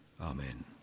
Amen